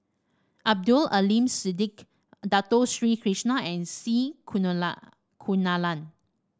Abdul Aleem Siddique Dato Sri Krishna and C Kunalan